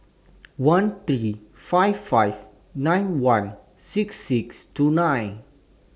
one three five five nine one six six two nine